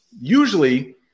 Usually